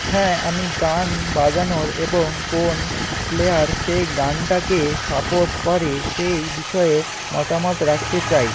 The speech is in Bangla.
হ্যাঁ আমি গান বাজানোর এবং কোন প্লেয়ার সেই গানটাকে সাপোর্ট করে সেই বিষয়ে মতামত রাখতে চাই